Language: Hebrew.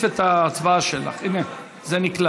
ההצעה להעביר את הצעת חוק למניעת העסקה של עברייני מין במוסדות